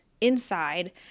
inside